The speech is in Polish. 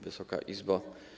Wysoka Izbo!